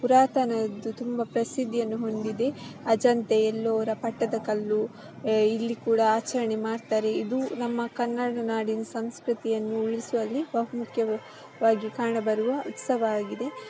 ಪುರಾತನದ್ದು ತುಂಬಾ ಪ್ರಸಿದ್ದಿಯನ್ನು ಹೊಂದಿದೆ ಅಜಂತ ಎಲ್ಲೋರ ಪಟ್ಟದಕಲ್ಲು ಇಲ್ಲಿ ಕೂಡ ಆಚರಣೆ ಮಾಡ್ತಾರೆ ಇದು ನಮ್ಮ ಕನ್ನಡ ನಾಡಿನ ಸಂಸ್ಕೃತಿಯನ್ನು ಉಳಿಸುವಲ್ಲಿ ಬಹುಮುಖ್ಯ ವಾಗಿ ಕಾಣಬರುವ ಉತ್ಸವ ಆಗಿದೆ